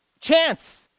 chance